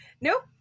Nope